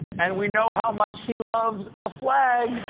and we know how much he loves the flag.